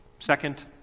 Second